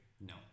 No